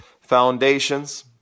foundations